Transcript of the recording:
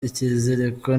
ikiziriko